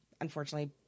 unfortunately